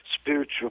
spiritual